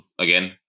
again